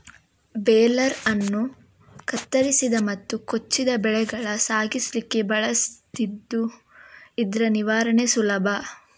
baler ಅನ್ನು ಕತ್ತರಿಸಿದ ಮತ್ತು ಕೊಚ್ಚಿದ ಬೆಳೆಗಳ ಸಾಗಿಸ್ಲಿಕ್ಕೆ ಬಳಸ್ತಿದ್ದು ಇದ್ರ ನಿರ್ವಹಣೆ ಸುಲಭ